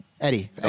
Eddie